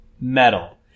metal